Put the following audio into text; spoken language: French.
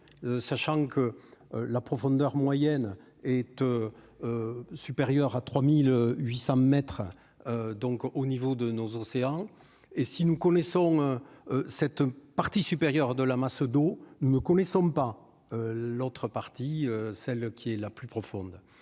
sachant que la profondeur moyenne est supérieure à 3800 mètres donc au niveau de nos océans et si nous connaissons cette partie supérieure de la masse d'eau, nous ne connaissons pas l'autre partie, celle qui est la plus profonde,